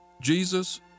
Jesus